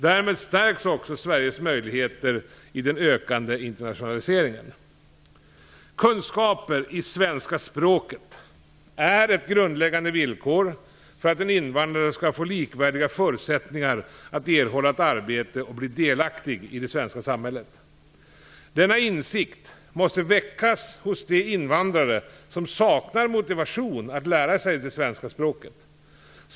Därmed stärks också Sveriges möjligheter i den ökande internationaliseringen. Kunskaper i svenska språket är ett grundläggande villkor för att en invandrare skall få likvärdiga förutsättningar att erhålla ett arbete och bli delaktig i det svenska samhället. Denna insikt måste väckas hos de invandrare som saknar motivation att lära sig det svenska språket.